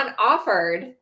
offered